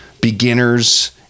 beginners